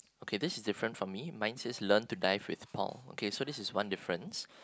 okay this is different from me mine says learn to dive with Paul okay so this is one difference